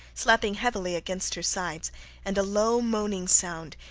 slapping heavily against her sides and a low moaning sound,